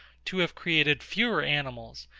to have created fewer animals,